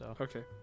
Okay